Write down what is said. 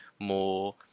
more